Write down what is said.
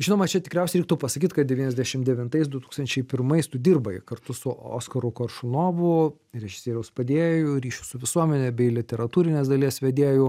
žinoma čia tikriausiai reiktų pasakyt kad devyniasdešim devintais du tūkstančiai pirmais tu dirbai kartu su oskaru koršunovu režisieriaus padėjėju ryšių su visuomene bei literatūrinės dalies vedėju